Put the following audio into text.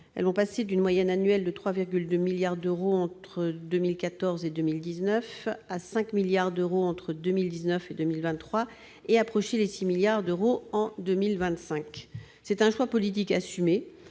Elles passeront d'une moyenne annuelle de 3,2 milliards d'euros, entre 2014 et 2019, à 5 milliards d'euros entre 2019 et 2023, et approcheront les 6 milliards d'euros en 2025. C'est un choix politique assumé,